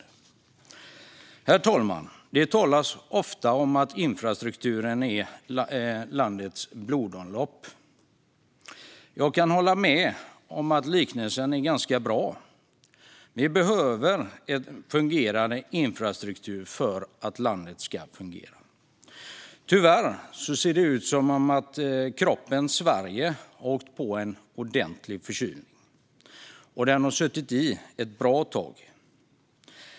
Herr talman! Det talas ofta om att infrastrukturen är landets blodomlopp. Jag kan hålla med om att liknelsen är ganska bra. Vi behöver en fungerande infrastruktur för att landet ska fungera. Tyvärr ser det ut som om kroppen Sverige har åkt på en ordentlig förkylning, och den har suttit i ett bra tag.